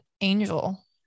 angel